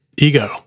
ego